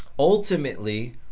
ultimately